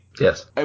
Yes